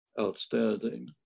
outstanding